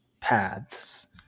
paths